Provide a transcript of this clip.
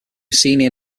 senior